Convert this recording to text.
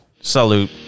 Salute